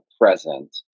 present